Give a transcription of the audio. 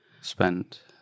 Spent